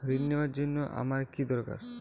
ঋণ নেওয়ার জন্য আমার কী দরকার?